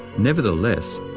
nevertheless,